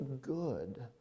good